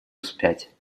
вспять